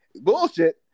Bullshit